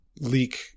leak